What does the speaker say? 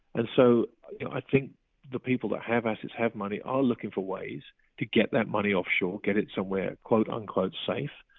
and so i think the people that have assets, have money, are looking for ways to get that money offshore get it somewhere and safe.